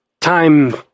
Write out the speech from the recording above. time